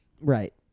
Right